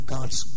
God's